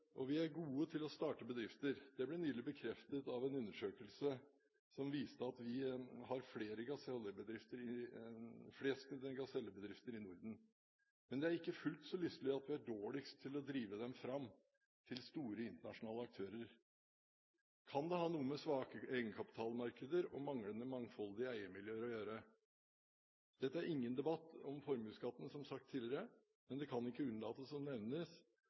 og vi er gode til å starte bedrifter. Det ble nylig bekreftet av en undersøkelse som viste at vi har flest gasellebedrifter i Norden, men det er ikke fullt så lystelig at vi er dårligst til å drive dem fram til store, internasjonale aktører. Kan det ha noe med svake egenkapitalmarkeder og manglende mangfoldige eiermiljøer å gjøre? Dette er ingen debatt om formuesskatten, som tidligere sagt, men en kan ikke unnlate å